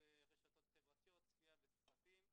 ברשתות חברתיות, צפייה בסרטים.